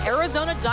Arizona